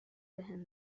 بهم